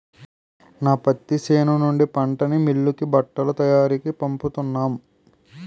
నా పత్తి చేను నుండి పంటని మిల్లుకి బట్టల తయారికీ పంపుతున్నాం